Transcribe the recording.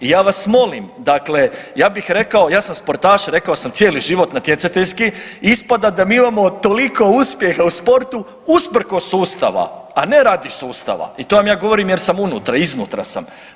I ja vas molim dakle ja bih rekao, ja sam sportaš rekao sam cijeli život natjecateljski, ispada da mi imamo toliko uspjeha u sportu usprkos sustava, a ne radi sustava i to vam ja govorim jer sam unutra, iznutra sam.